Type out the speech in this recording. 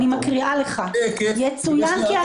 אני מקריאה, יש כאן